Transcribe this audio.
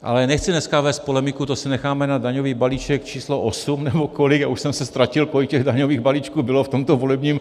Ale nechci dneska vést polemiku, to si necháme na daňový balíček číslo osm, nebo kolik, už jsem se ztratil, kolik těch daňových balíčků bylo v tomto volebním...